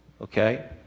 Okay